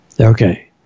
okay